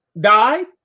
died